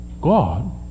God